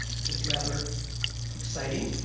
which is rather exciting,